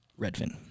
Redfin